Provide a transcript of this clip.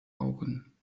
augen